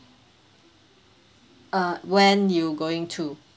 uh when you going to